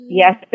yes